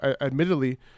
admittedly